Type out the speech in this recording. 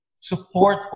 support